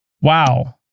Wow